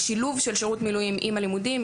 השילוב של שירות מילואים עם לימודים,